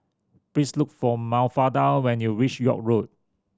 please look for Mafalda when you reach York Road